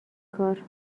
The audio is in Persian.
کار